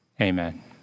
amen